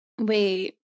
Wait